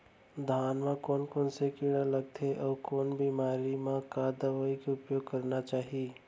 धान म कोन कोन कीड़ा लगथे अऊ कोन बेमारी म का दवई के उपयोग करना चाही?